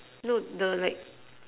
no the like